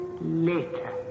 Later